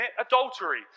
adultery